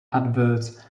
adverts